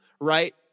right